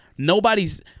Nobody's